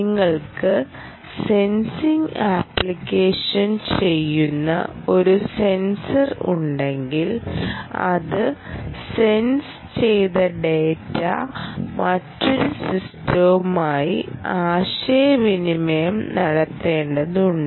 നിങ്ങൾക്ക് sensing application ചെയ്യുന്ന ഒരു സെൻസർ ഉണ്ടെങ്കിൽ അത് സെൻസ് ചെയ്ത ഡാറ്റ മറ്റൊരു സിസ്റ്റവുമായി ആശയവിനിമയം നടത്തേണ്ടതുണ്ട്